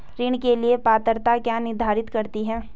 ऋण के लिए पात्रता क्या निर्धारित करती है?